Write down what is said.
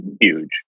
huge